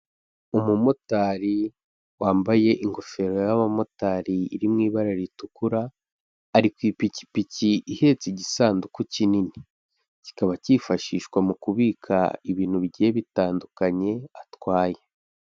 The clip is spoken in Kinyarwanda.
Umumotari wambaye ingofero y'abamotari iri mu ibara ritukura; ari ku ipikipiki ihetse igisanduku kinini; kikaba cyifashishwa mu kubika ibintu bigiye bitandukanye atwaye.